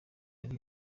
ari